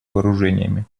вооружениями